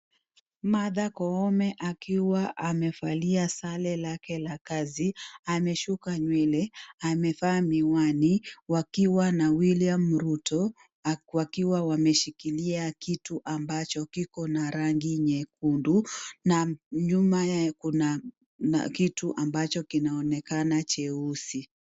Martha Koome akiwa amevalia sare lake la kazi ameshuka nywele, amevaa miwani, wakiwa na Wiliam Ruto wakiwa wameshikilia kitu ambacho kiko na rangi nyekundu na nyuma yake kuna kitu ambacho kinaonekana cheusi.